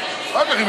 אחר כך,